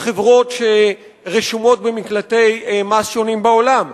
חברות שרשומות במקלטי מס שונים בעולם?